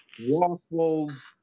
waffles